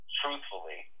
truthfully